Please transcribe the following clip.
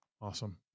Awesome